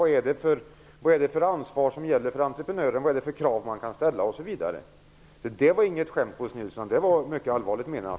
Vilket ansvar gäller för entreprenören? Vilka krav kan man ställa? Det där var inget skämt, Bo Nilsson. Det var mycket allvarligt menat.